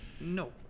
no